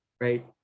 right